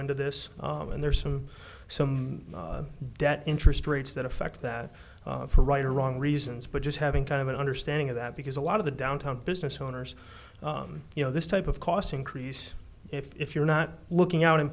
into this and there's some some debt interest rates that effect that for right or wrong reasons but just having kind of an understanding of that because a lot of the downtown business owners you know this type of cost increase if you're not looking out